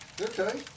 Okay